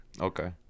Okay